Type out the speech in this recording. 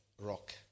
rock